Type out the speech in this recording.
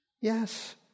Yes